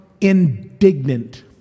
indignant